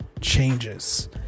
changes